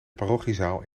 parochiezaal